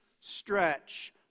stretch